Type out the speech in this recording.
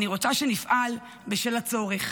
אני רוצה שנפעל בשל הצורך,